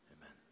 amen